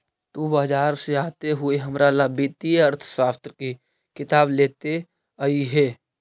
तु बाजार से आते हुए हमारा ला वित्तीय अर्थशास्त्र की किताब लेते अइहे